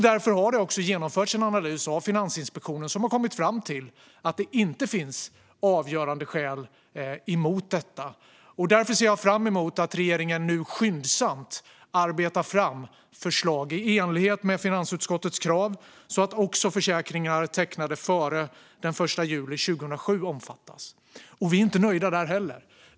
Därför har Finansinspektionen genomfört en analys och kommit fram till att det inte finns avgörande skäl emot detta. Jag ser fram emot att regeringen nu skyndsamt arbetar fram förslag i enlighet med finansutskottets krav så att också försäkringar tecknade före den 1 juli 2007 omfattas. Men vi är inte nöjda där heller.